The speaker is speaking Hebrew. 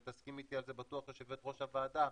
ותסכים איתי על זה בטוח יושבת ראש הוועדה,